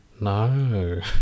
No